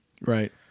Right